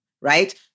right